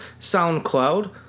SoundCloud